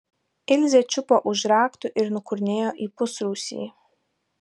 ilzė čiupo už raktų ir nukurnėjo į pusrūsį